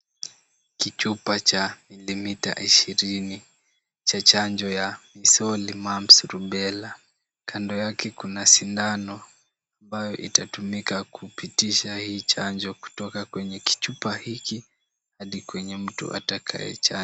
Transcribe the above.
Kichupa cha mililita ishirini cha chanjo ya measles, mumps, rubella . Kando yake kuna sindano ambayo itatumika kupitisha hii chanjo kutoka kwenye kichupa hiki hadi kwenye mtu atakaye chanjo.